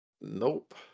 Nope